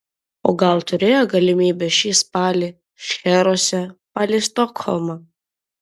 o gal turėjo galimybę šį spalį šcheruose palei stokholmą